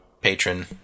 patron